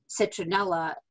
citronella